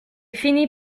finit